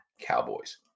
Cowboys